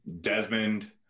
Desmond